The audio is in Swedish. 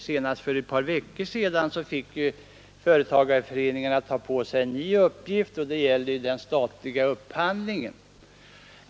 Senast för ett par veckor sedan fick företagarföreningarna ta på sig en ny uppgift som gäller den statliga upphandlingen.